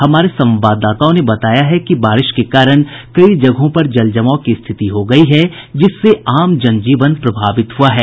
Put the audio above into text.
हमारे संवाददाताओं ने बताया है कि बारिश के कारण कई जगहों पर जलजमाव की स्थिति हो गयी है जिससे आम जन जीवन प्रभावित हुआ है